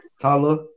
Tyler